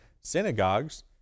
synagogues